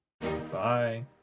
Bye